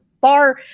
bar